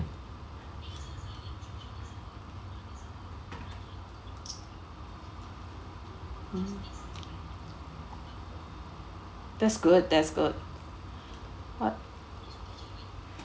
mm that's good that's good but